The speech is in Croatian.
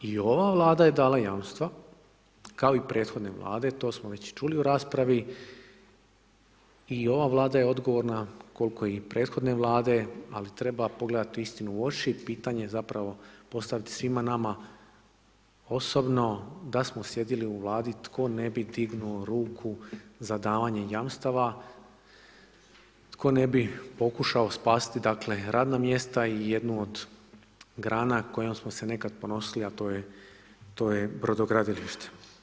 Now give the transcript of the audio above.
I ova vlada je dala jamstva, kao i prethodne vlade, to smo već čuli u raspravi i ova vlada je odgovorna koliko i prethodne vlade, ali treba pogledati istinu u oči i pitanje zapravo postaviti svima nama, osobno, da smo sjedili u vladi, tko ne bi digao ruku za davanje jamstava, tko ne bi pokušao spasiti radna mjesta i jednu od grana, kojom smo se nekada ponosili, a to je brodogradilište.